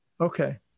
Okay